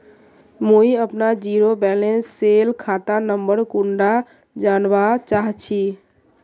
मुई अपना zero balance सेल खाता नंबर कुंडा जानवा चाहची?